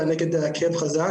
זה נגד כאב חזק,